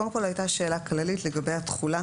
קודם כל הייתה שאלה כללית לגבי התחולה